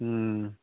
ꯎꯝ